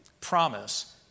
promise